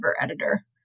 editor